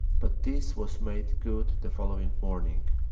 but this was made good the following morning.